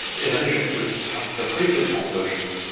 in addition to um the previous conversions,